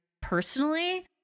personally